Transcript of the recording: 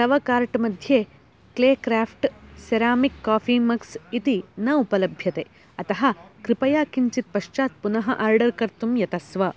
तव कार्ट् मध्ये clay craft ceramic coffee mugs इति न उपलभ्यते अतः कृपया किञ्चित् पश्चात् पुनः आर्डर् कर्तुं यतस्व